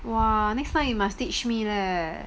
!wah! next time you must teach me leh